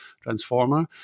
Transformer